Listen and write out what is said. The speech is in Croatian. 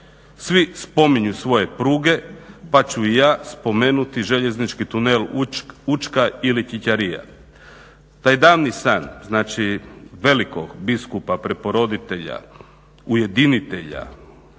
Svi spominju svoje pruge pa ću i ja spomenuti željeznički tunel Učka ili Ćićarija. Taj davni san, znači velikog biskupa, preporoditelja, ujedinitelja